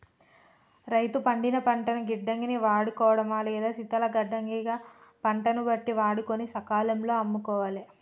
రైతు పండిన పంటను గిడ్డంగి ని వాడుకోడమా లేదా శీతల గిడ్డంగి గ పంటను బట్టి వాడుకొని సకాలం లో అమ్ముకోవాలె